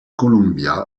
columbia